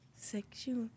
Sexual